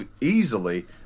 easily